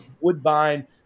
woodbine